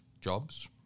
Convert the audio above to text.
jobs